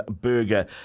burger